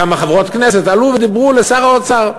כמה חברות כנסת עלו ודיברו אל שר האוצר,